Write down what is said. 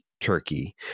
Turkey